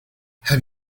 have